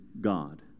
God